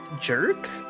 Jerk